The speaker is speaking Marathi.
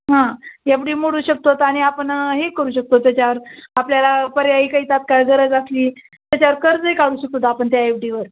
हां यफ डी मोडू शकत आहोत आणि आपण हे करू शकतो त्याच्यावर आपल्याला पर्यायी काही तात्काळ गरज असली त्याच्यावर कर्जही काढू शकत आहोत आपण त्या एफ डीवर